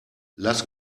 lass